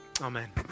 Amen